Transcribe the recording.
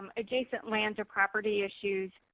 um adjacent lands or property issues.